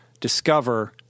discover